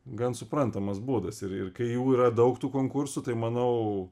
gan suprantamas būdas ir ir kai jų yra daug tų konkursų tai manau